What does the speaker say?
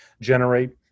generate